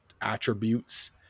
attributes